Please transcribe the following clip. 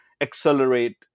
accelerate